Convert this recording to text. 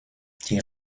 die